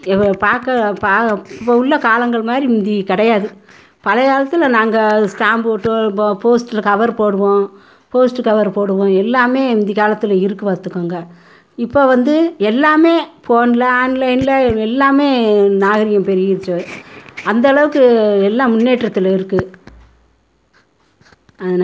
எவ்வளோ பார்க்க பா இப்போ உள்ள காலங்கள் மாரி முந்தி கிடையாது பழைய காலத்தில் நாங்கள் ஸ்டாம்பு ஒட்டுவோம் ப போஸ்ட்ருல கவர் போடுவோம் போஸ்ட்டு கவர் போடுவோம் எல்லாமே முந்தி காலத்தில் இருக்கு பார்த்துக்கோங்க இப்போ வந்து எல்லாமே ஃபோனில் ஆன்லைனில் எல்லாமே நாகரீகம் பெருகிருச்சு அந்த அளவுக்கு எல்லாம் முன்னேற்றத்தில் இருக்கு அதனை